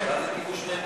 מה זה כיבוש נטו?